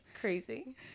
Crazy